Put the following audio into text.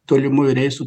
tolimųjų reisų